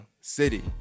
city